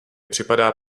připadá